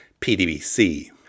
PDBC